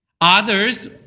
Others